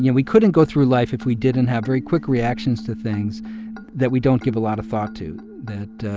yeah we couldn't go through life if we didn't have very quick reactions to things that we don't give a lot of thought to, that